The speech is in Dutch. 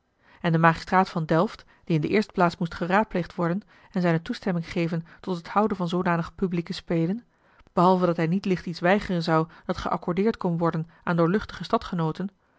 en de magistraat van delft die in de eerste plaats moest geraadpleegd worden en zijne toestemming geven tot het houden van zoodanige publieke spelen behalve dat hij niet licht iets weigeren zou dat geaccordeerd kon worden aan